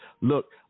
look